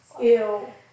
ew